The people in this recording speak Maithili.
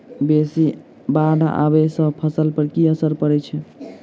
बेसी बाढ़ आबै सँ फसल पर की असर परै छै?